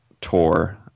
tour